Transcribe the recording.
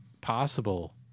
possible